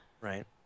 Right